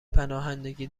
پناهندگی